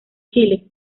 chile